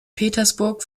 petersburg